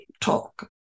talk